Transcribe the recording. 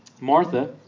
Martha